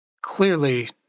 clearly